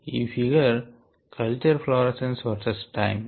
ఈ figure culture fluorescence versus time